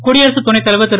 குடியரசுத் துணைத்தலைவர் திரு